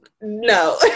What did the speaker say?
No